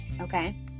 okay